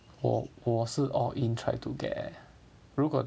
我我是 or you mean try to get 如果